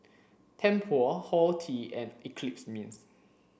Tempur Horti and Eclipse Mints